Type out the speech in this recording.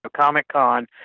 Comic-Con